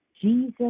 Jesus